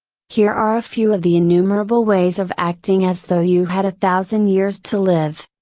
here are a few of the innumerable ways of acting as though you had a thousand years to live.